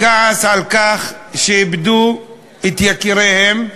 הכעס על כך שאיבדו את יקירם,